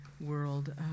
world